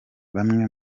bamwe